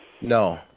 No